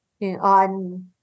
on